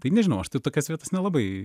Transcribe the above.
tai nežinau aš tai tokias vietas nelabai